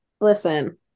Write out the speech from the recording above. Listen